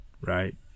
Right